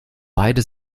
beide